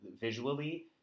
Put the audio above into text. visually